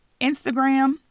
Instagram